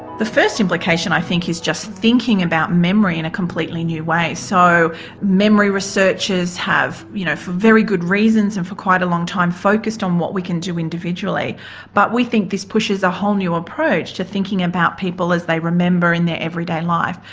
the first implication i think is just thinking about memory in a completely new way so memory researchers have you know for very good reasons and for quite a long time focussed on what we can do individually but we think this pushes a whole new approach to thinking about people as they remember in their everyday life.